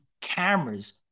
cameras